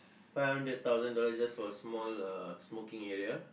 five hundred thousand dollars just for a small uh smoking area